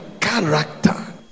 character